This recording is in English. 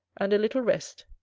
and a little rest.